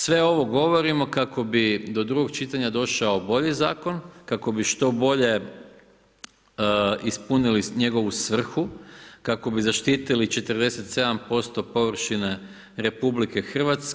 Sve ovo govorimo kako bi do drugog čitanja došao bolji zakon, kako bi što bolje ispunili njegovu svrhu, kako bi zaštitili 47% površine RH.